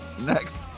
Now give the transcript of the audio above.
next